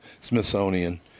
Smithsonian